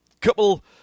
couple